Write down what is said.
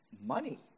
money